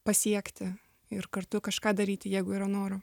pasiekti ir kartu kažką daryti jeigu yra noro